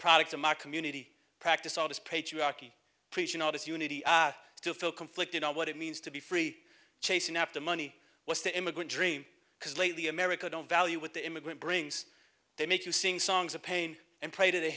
product of my community practice all this patriarchy preaching all this unity to feel conflicted what it means to be free chasing after money what's the immigrant dream because lately america don't value what the immigrant brings they make you sing songs of pain and pray to the